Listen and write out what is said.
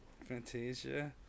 Fantasia